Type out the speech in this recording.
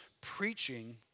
preaching